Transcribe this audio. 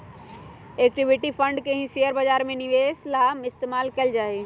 equity fund के ही share बाजार में निवेश ला इस्तेमाल कइल जाहई